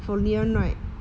for leanne right